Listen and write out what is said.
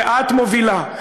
שאת מובילה,